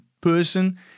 person